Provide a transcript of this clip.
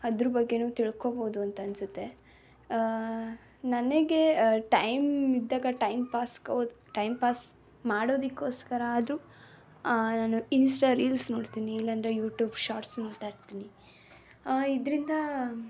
ಅದ್ರ ಬಗ್ಗೆಯೂ ತಿಳ್ಕೊಳ್ಬೋದು ಅಂತ ಅನ್ನಿಸುತ್ತೆ ನನಗೆ ಟೈಮ್ ಇದ್ದಾಗ ಟೈಮ್ ಪಾಸ್ಗೆ ಟೈಮ್ ಪಾಸ್ ಮಾಡೋದಕ್ಕೋಸ್ಕರ ಆದರು ನಾನು ಇನ್ಸ್ಟಾ ರೀಲ್ಸ್ ನೋಡ್ತೀನಿ ಇಲ್ಲ ಅಂದ್ರೆ ಯೂ ಟ್ಯೂಬ್ ಶಾರ್ಟ್ಸ್ ನೋಡ್ತಾಯಿರ್ತೀನಿ ಇದರಿಂದ